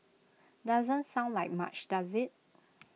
doesn't sound like much does IT